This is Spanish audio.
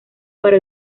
para